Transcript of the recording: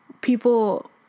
people